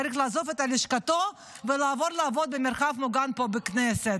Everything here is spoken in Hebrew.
צריך לעזוב את לשכתו ולעבור לעבוד במרחב מוגן פה בכנסת.